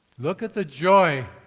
look at the joy